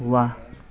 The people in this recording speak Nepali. वाह